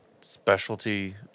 specialty